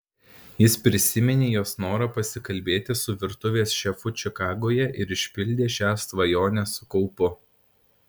jis prisiminė jos norą pasikalbėti su virtuvės šefu čikagoje ir išpildė šią svajonę su kaupu